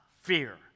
fear